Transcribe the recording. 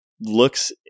looks